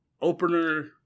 opener